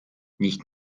nicht